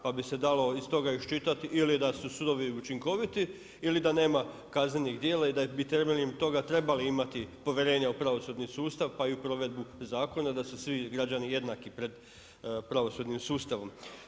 Pa bi se dalo iz toga iščitati ili da su sudovi učinkoviti ili da nema kaznenih djela i da bi temeljem toga trebali imati povjerenje u pravosudni sustav pa i u provedbu zakona da su svi građani jednaki pred pravosudnim sustavom.